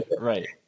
Right